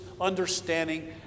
understanding